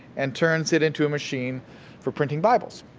and turns it into a machine for printing bibles.